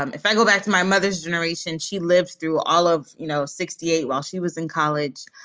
um if i go back to my mother's generation, she lives through all of, you know, sixty eight while she was in college.